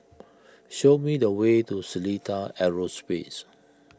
show me the way to Seletar Aerospace